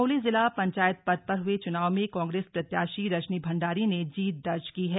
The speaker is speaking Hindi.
चमोली जिला पंचायत पद पर हुए चुनाव में कांग्रेस प्रत्याशी रजनी भण्डारी ने जीत दर्ज की है